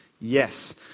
Yes